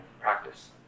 practice